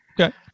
Okay